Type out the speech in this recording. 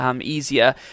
easier